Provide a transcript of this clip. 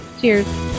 Cheers